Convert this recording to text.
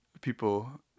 people